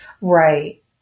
Right